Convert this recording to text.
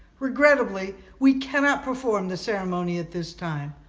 regrettably, we cannot perform this ceremony at this time,